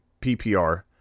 PPR